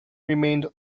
remained